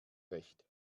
recht